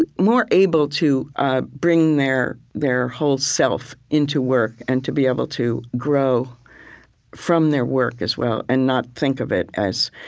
more able to ah bring their their whole self into work and to be able to grow from their work as well and not think of it as,